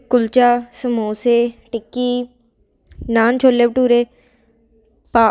ਕੁਲਚਾ ਸਮੋਸੇ ਟਿੱਕੀ ਨਾਨ ਛੋਲੇ ਭਟੂਰੇ ਪਾ